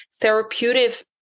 therapeutic